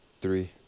three